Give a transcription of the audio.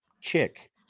chick